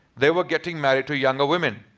they were getting married to younger women.